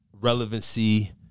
relevancy